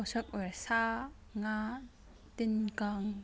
ꯄꯣꯠꯁꯛ ꯑꯣꯏꯔꯣ ꯁꯥ ꯉꯥ ꯇꯤꯟ ꯀꯥꯡ